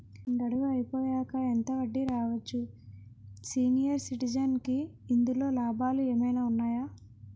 గడువు అయిపోయాక ఎంత వడ్డీ రావచ్చు? సీనియర్ సిటిజెన్ కి ఇందులో లాభాలు ఏమైనా ఉన్నాయా?